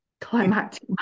climactic